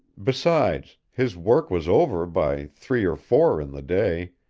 besides, his work was over by three or four in the day,